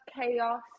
chaos